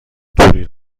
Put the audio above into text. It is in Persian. توری